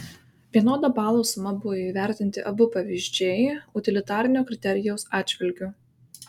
vienoda balų suma buvo įvertinti abu pavyzdžiai utilitarinio kriterijaus atžvilgiu